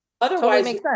Otherwise